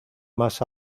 más